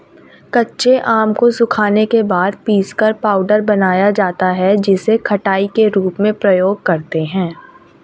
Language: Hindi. कच्चे आम को सुखाने के बाद पीसकर पाउडर बनाया जाता है जिसे खटाई के रूप में प्रयोग करते है